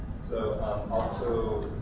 so also,